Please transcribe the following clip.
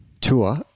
tour